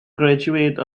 graduate